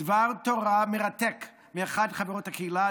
דבר תורה מרתק מאחת מחברות הקהילה,